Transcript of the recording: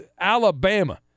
Alabama